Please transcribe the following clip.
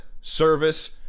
Service